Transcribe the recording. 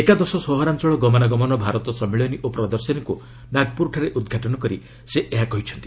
ଏକାଦଶ ସହରାଞ୍ଚଳ ଗମନାଗମନ ଭାରତ ସମ୍ମିଳନୀ ଓ ପ୍ରଦର୍ଶନୀକୁ ନାଗପୁରଠାରେ ଉଦ୍ଘାଟନ କରି ସେ ଏହା କହିଛନ୍ତି